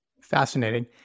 Fascinating